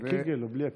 עם הקיגל או בלי הקיגל?